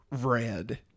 Red